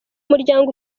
muryango